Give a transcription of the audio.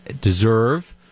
deserve –